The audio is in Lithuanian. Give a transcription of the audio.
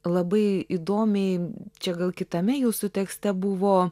labai įdomiai čia gal kitame jūsų tekste buvo